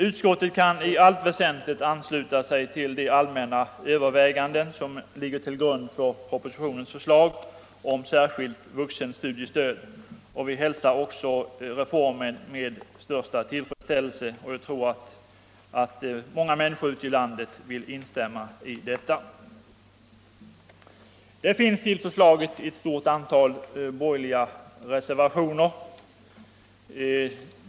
Utskottet kan i allt väsentligt ansluta sig till de allmänna överväganden som ligger till grund för propositionens förslag om särskilt vuxenstudiestöd. Vi hälsar också reformen med största tillfredsställelse och tror att många människor ute i landet instämmer i detta. Till förslaget har fogats ett stort antal borgerliga reservationer.